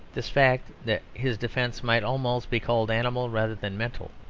this fact that his defence might almost be called animal rather than mental,